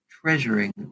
treasuring